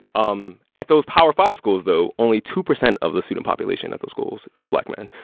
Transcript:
um at those power five schools, though, only two percent of the student population at those schools is black men,